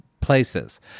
places